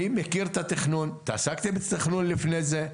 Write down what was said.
אני מכיר את התכנון ועסקתי בתכנון לפני כן,